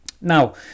now